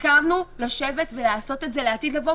הסכמנו לשבת ולעשות את זה לעתיד לבוא,